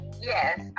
yes